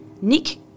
Nick